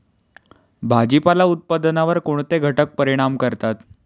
भाजीपाला उत्पादनावर कोणते घटक परिणाम करतात?